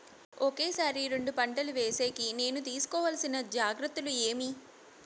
ఒకే సారి రెండు పంటలు వేసేకి నేను తీసుకోవాల్సిన జాగ్రత్తలు ఏమి?